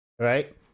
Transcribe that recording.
right